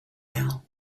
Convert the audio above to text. now